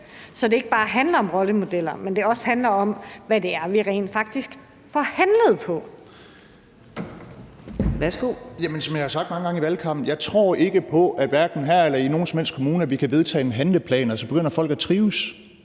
så det ikke bare handler om rollemodeller, men også om, hvad det er, vi rent faktisk får handlet på.